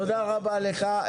תודה רבה לך.